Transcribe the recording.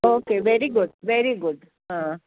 okay very good very good हां